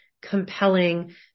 compelling